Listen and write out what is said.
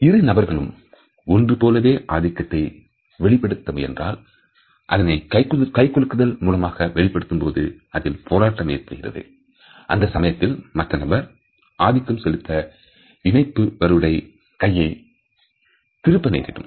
இரு நபர்களும் ஒன்றுபோலவே ஆதிக்கத்தை வெளிப்படுத்த முயன்றால் அதனை கைகுலுக்குதல் மூலம் வெளிப்படுத்தும் போது அதில் போராட்டம் ஏற்படுகிறது அந்த சமயத்தில் மற்ற நபர் ஆதிக்கம் செலுத்த இணைப்பு வருடைய கையை திருப்ப நேரிடும்